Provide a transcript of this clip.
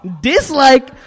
dislike